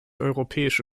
europäische